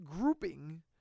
grouping